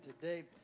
today